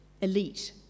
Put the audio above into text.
elite